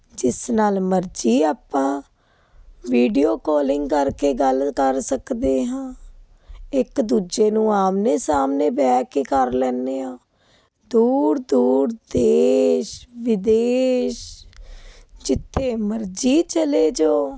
ਜਿਸ ਨਾਲ ਮਰਜੀ ਆਪਾਂ ਵੀਡੀਓ ਕਾਲਿੰਗ ਕਰਕੇ ਗੱਲ ਕਰ ਸਕਦੇ ਹਾਂ ਇੱਕ ਦੂਜੇ ਨੂੰ ਆਮਣੇ ਸਾਹਮਣੇ ਬਹਿ ਕੇ ਕਰ ਲੈਂਦੇ ਹਾਂ ਦੂਰ ਦੂਰ ਦੇਸ਼ ਵਿਦੇਸ਼ ਜਿੱਥੇ ਮਰਜੀ ਚਲੇ ਜਾਓ